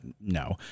no